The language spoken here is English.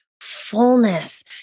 fullness